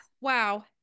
wow